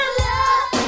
love